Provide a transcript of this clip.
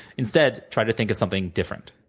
instead, try to think of something different,